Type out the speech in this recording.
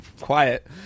quiet